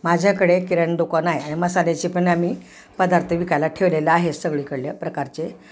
माझ्याकडे किराणा दुकान आहे मसाल्याची पण आम्ही पदार्थ विकायला ठेवलेलं आहे सगळीकडल्या प्रकारचे